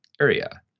area